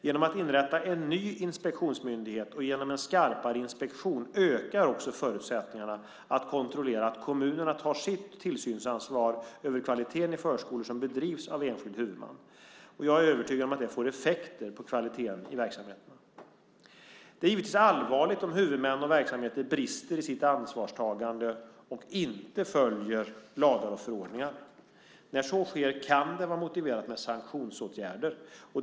Genom att inrätta en ny inspektionsmyndighet och genom en skarpare inspektion ökar också förutsättningarna att kontrollera att kommunerna tar sitt tillsynsansvar över kvaliteten i förskolor som bedrivs av enskild huvudman. Jag är övertygad om att detta får effekter på kvaliteten ute i verksamheterna. Det är givetvis allvarligt om huvudmän och verksamheter brister i sitt ansvarstagande och inte följer lagar och förordningar. När så sker kan det vara motiverat med sanktionsåtgärder.